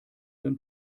dann